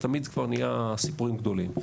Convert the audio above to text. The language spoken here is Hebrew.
אז תמיד כבר נהיה סיפורים גדולים.